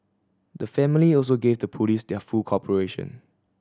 the family also gave the Police their full cooperation